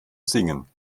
singen